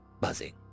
buzzing